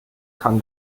kann